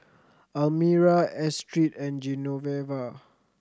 Almyra Astrid and Genoveva